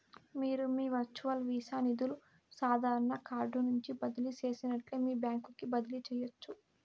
మీరు మీ virtual Visa నిదులు సాదారన కార్డు నుంచి బదిలీ చేసినట్లే మీ బాంక్ కి బదిలీ చేయచ్చు